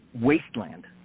wasteland